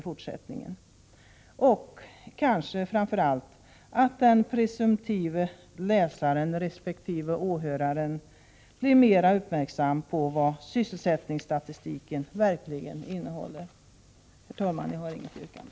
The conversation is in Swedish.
Framför allt hoppas jag att den presumtive läsaren resp. åhöraren blir mer uppmärksam på vad sysselsättningsstatistiken verkligen innehåller. Herr talman! Jag har alltså inget yrkande.